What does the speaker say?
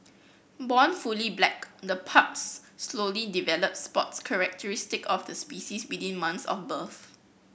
born fully black the pups slowly develop spots characteristic of the species within months of birth